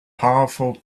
powerful